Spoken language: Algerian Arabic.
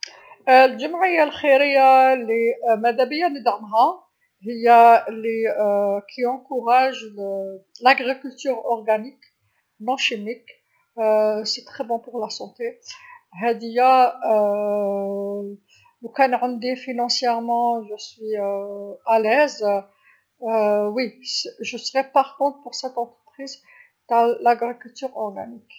الجمعيه الخيريه لمدابيا ندعمها هي ل لتشجع الزراعه العضويه مشي كيميائيه، مليحه بزاف للصحه، هاذيا لوكان عندي ماليا و راني مرتاحه إيه نكون مع هاذي مؤسسه تع زراعه العضويه.